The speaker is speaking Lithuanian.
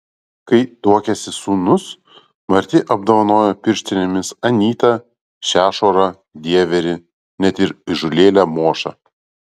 kai tuokėsi sūnus marti apdovanojo pirštinėmis anytą šešurą dieverį net ir įžūlėlę mošą